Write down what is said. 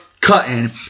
cutting